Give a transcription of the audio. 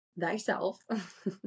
thyself